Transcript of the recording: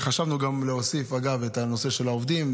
חשבנו גם להוסיף את הנושא של העובדים,